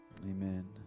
amen